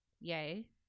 yay